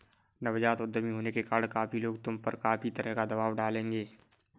नवजात उद्यमी होने के कारण काफी लोग तुम पर काफी तरह का दबाव डालेंगे